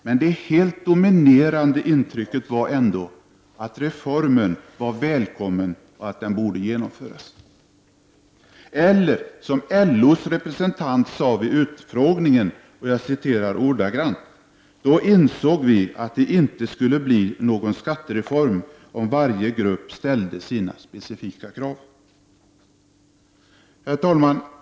Men det helt dominerande intrycket var ändå att reformen var välkommen, att den alltså borde genomföras. LOs representant sade vid utfrågningen: Då insåg vi att det inte skulle bli någon skattereform om varje grupp ställer sina specifika krav. Herr talman!